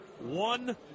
one